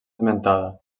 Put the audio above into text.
esmentada